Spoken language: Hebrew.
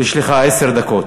יש לך עשר דקות.